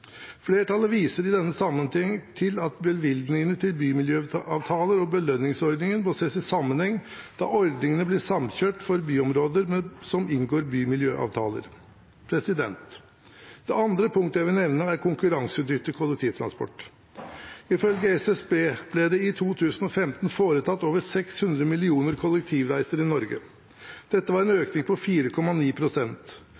Flertallet viser i denne forbindelsen til at bevilgningene til bymiljøavtaler og belønningsordningen må ses i sammenheng, da ordningene blir samkjørt for byområder som inngår bymiljøavtaler. Det andre punktet jeg vil nevne, er konkurransedyktig kollektivtransport. Ifølge SSB ble det i 2015 foretatt over 600 millioner kollektivreiser i Norge. Dette var en